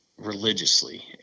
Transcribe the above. religiously